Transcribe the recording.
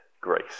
grace